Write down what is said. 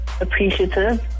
appreciative